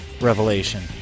Revelation